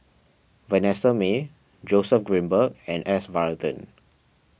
Vanessa Mae Joseph Grimberg and S Varathan